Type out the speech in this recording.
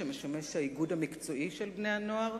שמשמש האיגוד המקצועי של בני-הנוער.